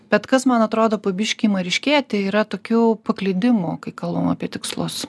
bet kas man atrodo po biškį ima ryškėti yra tokių paklydimų kai kalbam apie tikslus